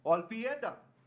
או על-פי ידע?